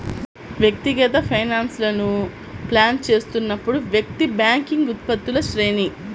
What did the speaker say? వ్యక్తిగత ఫైనాన్స్లను ప్లాన్ చేస్తున్నప్పుడు, వ్యక్తి బ్యాంకింగ్ ఉత్పత్తుల శ్రేణి